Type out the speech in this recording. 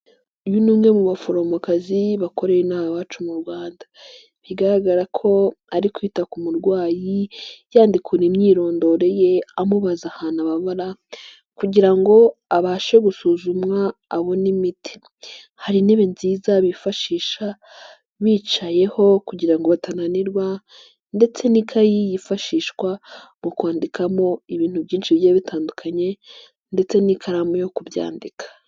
Uyu ni umwe mu baforomokazi bakorera inama iwacu mu Rwanda, bigaragara ko ari kwita ku murwayi yandikura imyirondoro ye, amubaza ahantu ababara, kugira ngo abashe gusuzumwa abona imiti, hari intebe nziza bifashisha bicayeho kugira ngo batananirwa, ndetse n'ikayi yifashishwa mu kwandikamo ibintu byinshi bigiye bitandukanye, ndetse n'ikaramu yo kubyandika.